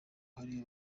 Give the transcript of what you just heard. hari